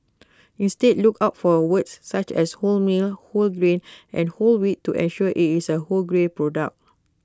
instead look out for words such as wholemeal whole grain and whole wheat to ensure IT is A wholegrain product